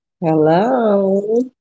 Hello